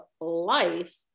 life